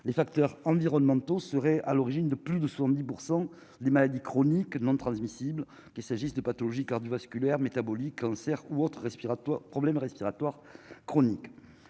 les facteurs environnementaux seraient à l'origine de plus de 70 % les maladies chroniques non transmissibles qu'il s'agisse de pathologies cardiovasculaires métaboliques, cancers ou autres respiratoires, problèmes respiratoires chroniques,